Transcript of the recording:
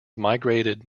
migrated